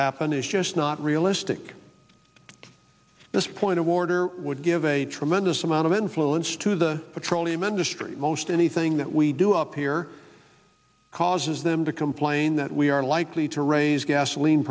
happen is just not realistic at this point of order would give a tremendous amount of influence to the petroleum industry most anything that we do up here causes them to complain that we are likely to raise gasoline